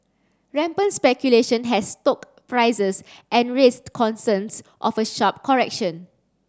rampant speculation has stoked prices and raised concerns of a sharp correction